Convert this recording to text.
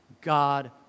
God